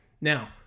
now